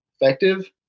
effective